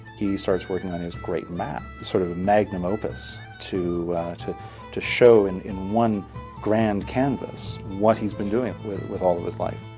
he starts working on his great maps. sort of magnum opus to to show in in one grand canvas what he's been doing with all of his life.